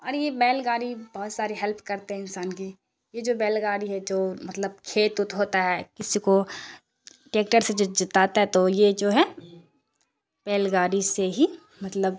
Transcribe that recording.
اور یہ بیل گاڑی بہت ساری ہیلپ کرتے ہیں انسان کی یہ جو بیل گاڑی ہے جو مطلب کھیت اوت ہوتا ہے کسی کو ٹیکٹر سے جو جوتاتا ہے تو یہ جو ہے بیل گاڑی سے ہی مطلب